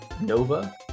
Nova